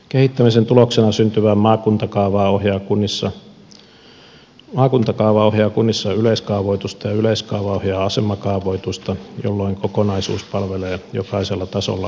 kehittämisen tuloksena syntyvä maakuntakaava ohjaa kunnissa yleiskaavoitusta ja yleiskaava ohjaa asemakaavoitusta jolloin kokonaisuus palvelee jokaisella tasolla maankäytön suunnittelua